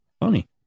funny